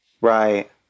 Right